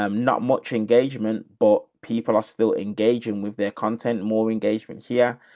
um not much engagement, but people are still engaging with their content more engagement. yeah.